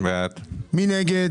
מי נגד?